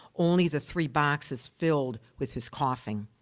only the three boxes filled with his coughing.